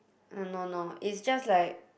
ah no no it's just like